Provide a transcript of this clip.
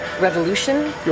revolution